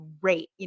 great